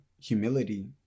humility